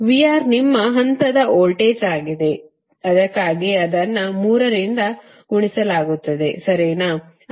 VR ನಿಮ್ಮ ಹಂತದ voltage ಆಗಿದೆ ಅದಕ್ಕಾಗಿಯೇ ಇದನ್ನು 3 ರಿಂದ ಗುಣಿಸಲಾಗುತ್ತದೆ ಸರಿನಾ